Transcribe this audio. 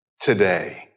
today